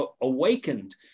awakened